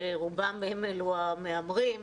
שרובם הם אלו המהמרים,